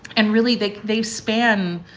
and really, they they spend